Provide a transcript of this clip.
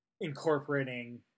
Incorporating